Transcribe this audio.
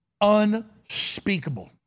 unspeakable